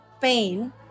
pain